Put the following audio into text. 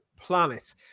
Planet